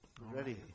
ready